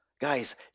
Guys